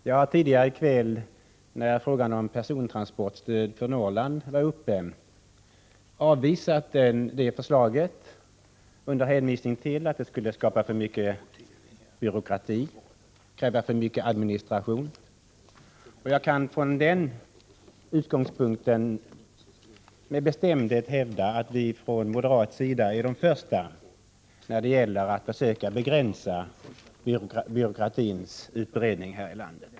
Herr talman! Tidigare i kväll, när frågan om persontransportstöd för Norrland var uppe, avvisade jag det förslaget under hänvisning till att det skulle skapa för mycket byråkrati, kräva för mycket administration. Jag kan från den utgångspunkten med bestämdhet hävda att vi från moderat sida är de första när det gäller att försöka begränsa byråkratins utbredning här i landet.